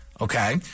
Okay